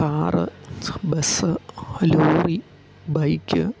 car bus lorry bike